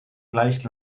gleich